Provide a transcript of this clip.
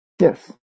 Yes